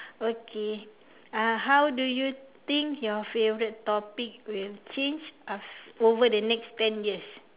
okay uh how do you think your favourite topic will change aft~ over the next ten years